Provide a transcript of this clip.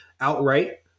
outright